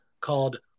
called